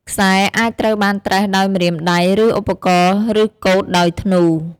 ខ្សែអាចត្រូវបានត្រេះដោយម្រាមដៃ ឬឧបករណ៍ ឬកូតដោយធ្នូ។